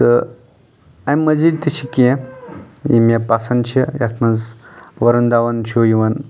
تہٕ امہِ مٔزیٖد تہِ چھِ کینٛہہ یِم مےٚ پسنٛد چھِ یتھ منٛز وورُن دون چھُ یِوان